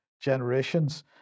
generations